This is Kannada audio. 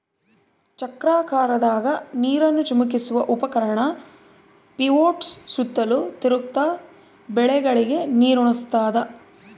ಚಕ್ರಾಕಾರದಾಗ ನೀರನ್ನು ಚಿಮುಕಿಸುವ ಉಪಕರಣ ಪಿವೋಟ್ಸು ಸುತ್ತಲೂ ತಿರುಗ್ತ ಬೆಳೆಗಳಿಗೆ ನೀರುಣಸ್ತಾದ